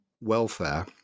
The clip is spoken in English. welfare